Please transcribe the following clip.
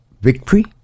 victory